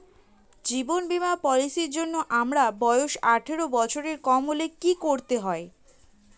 জীবন বীমা পলিসি র জন্যে আমার বয়স আঠারো বছরের কম হলে কি করতে হয়?